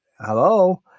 Hello